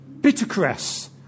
bittercress